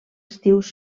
estius